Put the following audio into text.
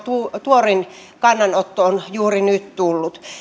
tuorin kannanotto on juuri nyt tullut